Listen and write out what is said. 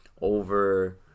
over